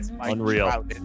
unreal